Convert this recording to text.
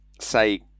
say